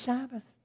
Sabbath